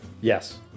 Yes